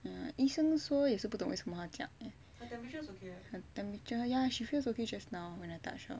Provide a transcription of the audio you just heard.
mm 医生说也是不懂为什么她这样 eh her temperatures ya she feels okay just now when I touch her